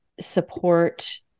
support